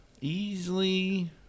Easily